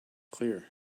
clear